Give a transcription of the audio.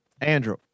Andrew